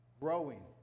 growing